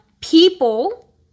people